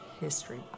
history